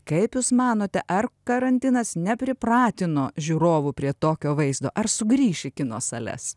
kaip jūs manote ar karantinas nepripratino žiūrovų prie tokio vaizdo ar sugrįši į kino sales